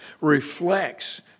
reflects